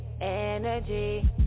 energy